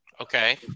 Okay